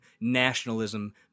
nationalism